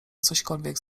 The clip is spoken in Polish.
cośkolwiek